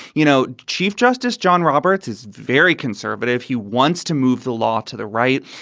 you know, chief justice john roberts is very conservative who wants to move the law to the right,